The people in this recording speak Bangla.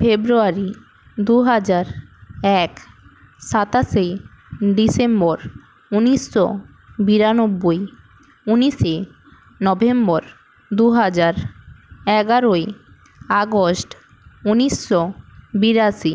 ফেব্রুয়ারি দু হাজার এক সাতাশে ডিসেম্বর উনিশশো বিরানব্বই উনিশে নভেম্বর দু হাজার এগারোই আগস্ট উনিশশো বিরাশি